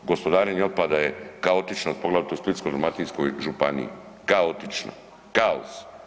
Gospodarenje otpada je kaotično poglavito u Splitsko-dalmatinskoj županiji kaotično, kaos.